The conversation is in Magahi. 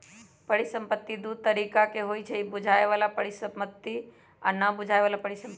परिसंपत्ति दु तरिका के होइ छइ बुझाय बला परिसंपत्ति आ न बुझाए बला परिसंपत्ति